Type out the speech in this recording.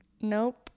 Nope